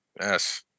Yes